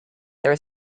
there